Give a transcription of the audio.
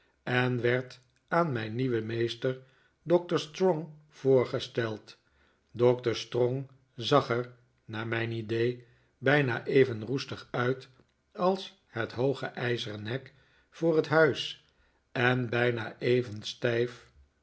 en werd aan mijn nieuwen meester doctor strong voorgesteld doctor strong zag er naar mijn idee bijna even roestig uit als het hooge ijzeren hek voor het huis en bijna even stijf